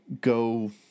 go